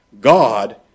God